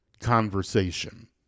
conversation